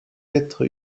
être